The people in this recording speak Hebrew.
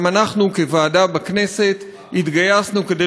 גם אנחנו כוועדה בכנסת התגייסנו כדי